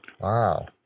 Wow